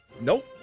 Nope